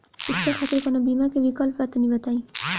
शिक्षा खातिर कौनो बीमा क विक्लप बा तनि बताई?